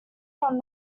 from